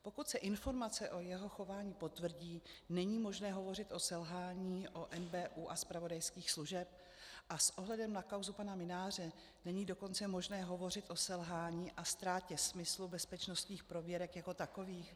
Pokud se informace o jeho chování potvrdí, není možné hovořit o selhání u NBÚ a zpravodajských služeb a s ohledem na kauzu pana Mynáře není dokonce možné hovořit o selhání a ztrátě smyslu bezpečnostních prověrek jako takových?